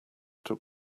took